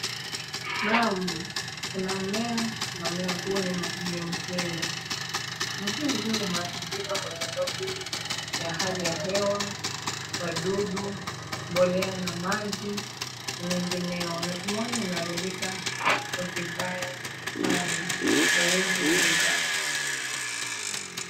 Naam kuna mmea na mmea huu ni mhindi. Mhindi huu umeharibika kwa sababu ya hali ya hewa, wadudu, mbolea na maji na mengineyo. Na tumeona imeharibika vibaya sana hauwezi lika.